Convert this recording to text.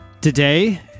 Today